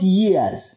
years